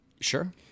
Sure